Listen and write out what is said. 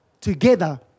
together